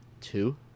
two